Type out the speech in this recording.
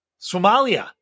Somalia